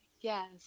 Yes